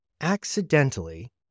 accidentally